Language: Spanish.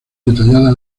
detallada